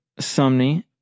Sumney